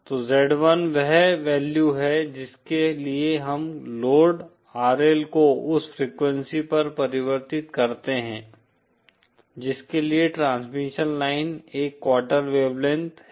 तो Z 1 वह value है जिसके लिए हम लोड RL को उस फ्रिक्वेंसी पर परिवर्तित करते हैं जिसके लिए ट्रांसमिशन लाइन एक क्वार्टर वेवलेंथ है